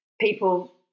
people